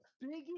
biggest